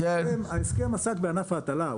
ההסכם עסק בענף ההטלה,